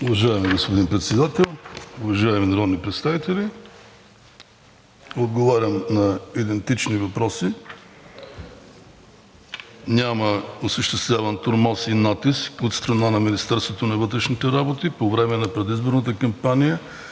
Уважаеми господин Председател, уважаеми народни представители! Отговарям на идентични въпроси. Няма осъществяван тормоз и натиск от страна на Министерството на вътрешните работи по време на предизборната кампания